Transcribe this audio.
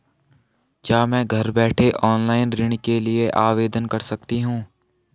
क्या मैं घर बैठे ऑनलाइन ऋण के लिए आवेदन कर सकती हूँ?